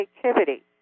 creativity